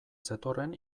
zetorren